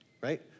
right